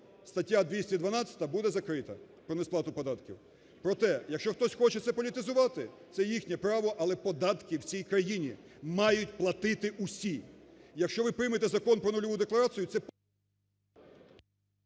статті 212 буде закрита, про не сплату податків. Про те, якщо хтось хоче це політизувати це їхнє право, але податки в цій країні мають платити всі. Якщо ви приймете закон про нульову декларацію це…